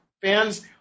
fans